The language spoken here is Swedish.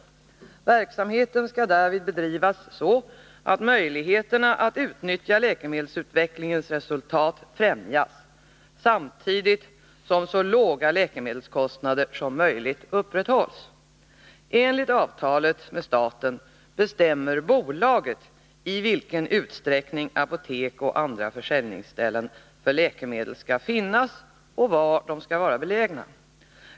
Verksamheten skall därvid bedrivas så, att möjligheterna att utnyttja läkemedelsutvecklingens resultat främjas samtidigt som så låga läkemedelskostnader som möjligt upprätthålls. Enligt avtalet med staten bestämmer bolaget i vilken utsträckning apotek och andra försäljningsställen för läkemedel skall finnas och var de skall vara belägna.